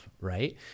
right